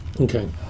Okay